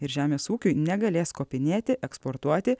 ir žemės ūkiui negalės kopinėti eksportuoti